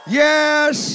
yes